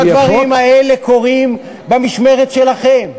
שהדברים האלה קורים במשמרת שלכם?